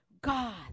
God